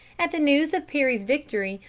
at the news of perry's victory,